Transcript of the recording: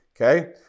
okay